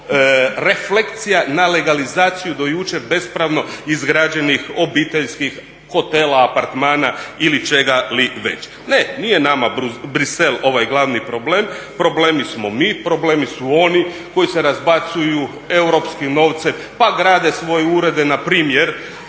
samo reflekcija na legalizaciju do jučer bespravno izgrađenih obiteljskih hotela, apartmana ili čega li već. Ne, nije nama Bruxelles ovaj glavni problem. Problem smo mi, problem su oni koji se razbacuju europskim novcem pa grade svoje urede npr.